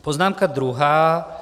Poznámka druhá...